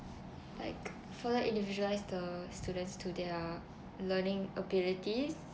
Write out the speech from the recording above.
like further individualise the students to their learning abilities